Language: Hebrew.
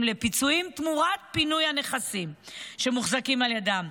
לפיצויים תמורת פינוי הנכסים שמוחזקים בידיהם,